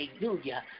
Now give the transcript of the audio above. Hallelujah